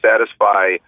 satisfy